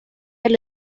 del